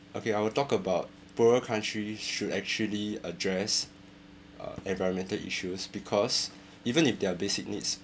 okay I will talk about poorer countries should actually address uh environmental issues because even if their basic needs